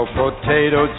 potato